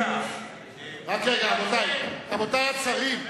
רק רגע, רבותי, רבותי השרים.